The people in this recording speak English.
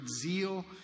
zeal